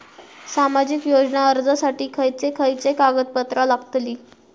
सामाजिक योजना अर्जासाठी खयचे खयचे कागदपत्रा लागतली?